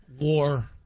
war